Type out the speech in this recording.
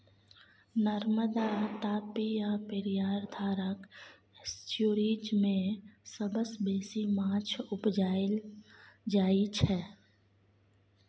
नर्मदा, तापी आ पेरियार धारक एस्च्युरीज मे सबसँ बेसी माछ उपजाएल जाइ छै